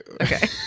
Okay